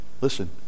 Listen